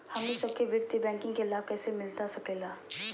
हमनी सबके वित्तीय बैंकिंग के लाभ कैसे मिलता सके ला?